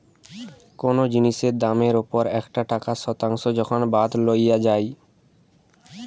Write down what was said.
কোনো জিনিসের দামের ওপর একটা টাকার শতাংশ যখন বাদ লওয়া যাই